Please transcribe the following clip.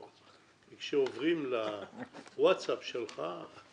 כי כשעוברים לווטסאפ שלך הכול נעלם,